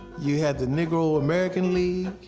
you had the negro american league.